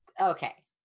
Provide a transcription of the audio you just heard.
Okay